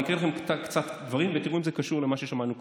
אני אקרא לכם קצת דברים ותראו אם זה קשור למה ששמענו קודם: